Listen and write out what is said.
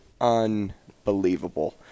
unbelievable